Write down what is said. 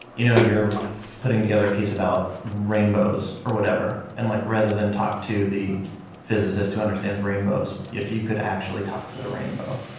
you know you're putting together a piece about rainbows or whatever, and like rather than talk to the physicist who understands rainbows if you could actually talk to the rainbow.